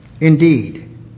Indeed